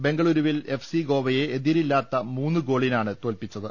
ബെങ്കളൂരുവിൽ FC ഗോവയെ എതിരില്ലാത്ത മൂന്ന് ഗോളിനാണ് തോൽപ്പിച്ചത്